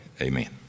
Amen